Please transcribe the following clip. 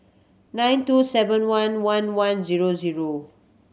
nine two seven one one one zero zero